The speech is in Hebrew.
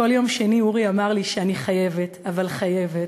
כל יום שני אורי אמר לי שאני חייבת, אבל חייבת,